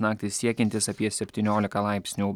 naktį siekiantis apie septyniolika laipsnių